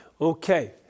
Okay